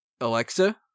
Alexa